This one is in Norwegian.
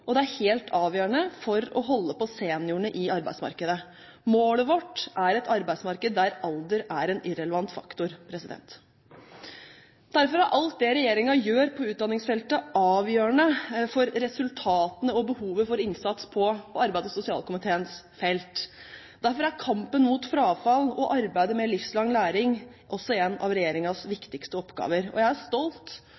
og det er helt avgjørende for å holde på seniorene i arbeidsmarkedet. Målet vårt er et arbeidsmarked der alder er en irrelevant faktor. Derfor er alt det regjeringen gjør på utdanningsfeltet, avgjørende for resultatene og behovet for innsats på arbeids- og sosialkomiteens felt. Derfor er kampen mot frafall og arbeidet med livslang læring også en av